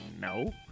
no